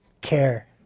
care